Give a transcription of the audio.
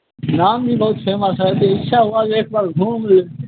नाम ही बहुत फेमस है इच्छा हुआ एक बार घूम लें